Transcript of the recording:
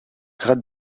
grade